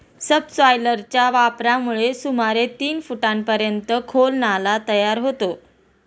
सबसॉयलरच्या वापरामुळे सुमारे तीन फुटांपर्यंत खोल नाला तयार होतो